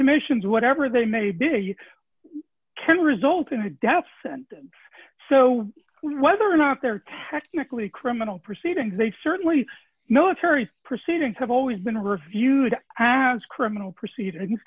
commissions whatever they may be can result in a death sentence so whether or not they're technically criminal proceedings they certainly know terri's proceedings have always been reviewed have criminal proceedings